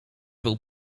był